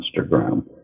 Instagram